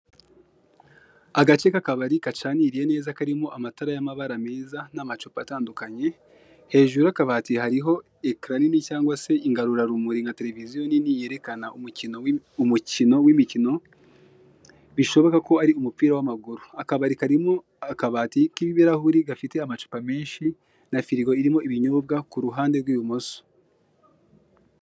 Agace k'akabari kacaniriye neza karimo amatara y'amabara meza, n'amacupa atandukanye hejuru y'akabati hariho ekara nini cyangwa se ingarurarumuri nka tereviziyo nini yerekana umukino w'imikino, bishoboka ko ari umupira w'amaguru, akabari karimo akabati k'ibirahuri gafite amacupa menshi, na firigo irimo ibinyobwa ku ruhande rw'ibumoso.